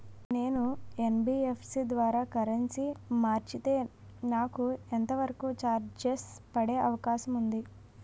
నేను యన్.బి.ఎఫ్.సి ద్వారా కరెన్సీ మార్చితే నాకు ఎంత వరకు చార్జెస్ పడే అవకాశం ఉంది?